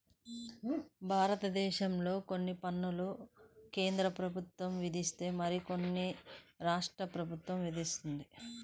భారతదేశంలో కొన్ని పన్నులు కేంద్ర ప్రభుత్వం విధిస్తే మరికొన్ని రాష్ట్ర ప్రభుత్వం విధిస్తుంది